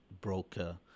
broker